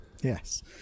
Yes